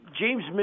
James